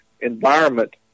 environment